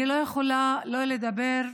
אני לא יכולה שלא לדבר,